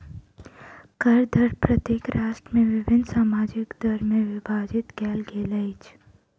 कर दर प्रत्येक राष्ट्र में विभिन्न सामाजिक दर में विभाजित कयल गेल अछि